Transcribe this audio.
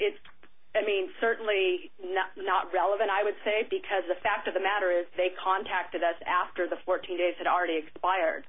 it's i mean certainly not relevant i would say because the fact of the matter is they contacted us after the fourteen days had already expired